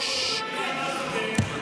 זה נכון גם נכון.